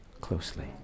closely